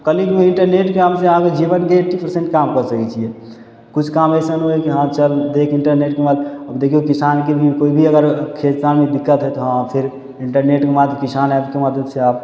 कहली एगो इन्टरनेटके आनेसँ अहाँके जीवनके एट्टी परसेंट काम कऽ सकय छियै किछु काम अइसन होइ हइ कि हाँ चल देख इन्टरनेटके माध्य ओ देखियौ किसानके भी कोइ भी अगर खेत काममे दिक्कत हइ तऽ हँ फेर इन्टरनेटके बात किछु से आप